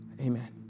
Amen